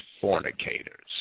fornicators